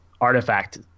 artifact